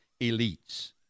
elites